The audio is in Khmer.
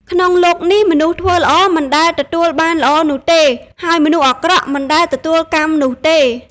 ក្នុងលោកនេះ មនុស្សធ្វើល្អមិនដែលទទួលបានល្អនោះទេ ហើយមនុស្សអាក្រក់មិនដែលទទួលកម្មនោះទេ។